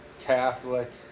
Catholic